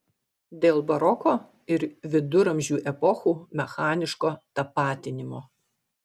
dėl baroko ir viduramžių epochų mechaniško tapatinimo